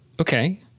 okay